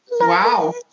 Wow